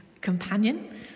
companion